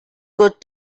good